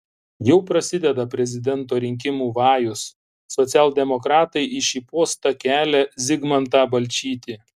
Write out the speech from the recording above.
jau prasideda prezidento rinkimų vajus socialdemokratai į šį postą kelią zigmantą balčytį